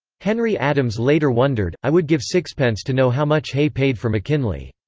henry adams later wondered, i would give sixpence to know how much hay paid for mckinley.